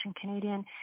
Canadian